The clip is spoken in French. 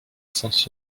sens